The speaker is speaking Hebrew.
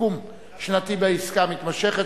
סיכום שנתי בעסקה מתמשכת),